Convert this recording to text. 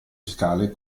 fiscale